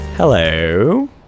Hello